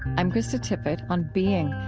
i'm krista tippett on being,